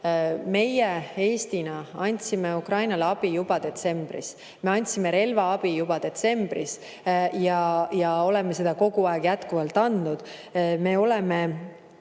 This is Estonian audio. Meie Eestina andsime Ukrainale abi juba detsembris. Me andsime relvaabi juba detsembris ja oleme seda kogu aeg jätkuvalt andnud. Me oleme